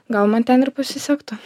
gal man ten ir pasisektų